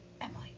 Emily